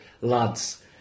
Lads